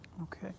Okay